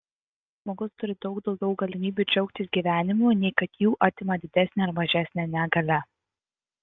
žmogus turi daug daugiau galimybių džiaugtis gyvenimu nei kad jų atima didesnė ar mažesnė negalia